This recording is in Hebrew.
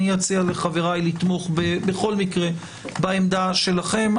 אני אציע לחברי לתמוך בכול מקרה בעמדה שלכם.